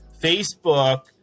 Facebook